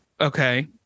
okay